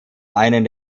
einen